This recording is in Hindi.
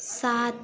सात